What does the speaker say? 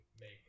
make